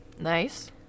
Nice